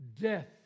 death